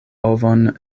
ovon